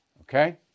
Okay